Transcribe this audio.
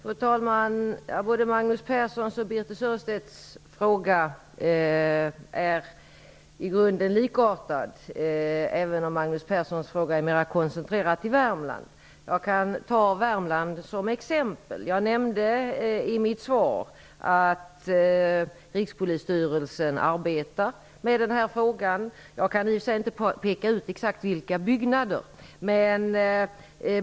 Fru talman! Magnus Perssons och Birthe Sörestedts frågor är i grunden likartade, även om Magnus Perssons fråga är mera koncentrerad till förhållandena i Värmland. Jag kan ta Värmland som exempel. I mitt svar nämnde jag att Rikspolisstyrelsen arbetar med den här frågan. Jag kan inte peka ut exakt vilka byggnader som är aktuella.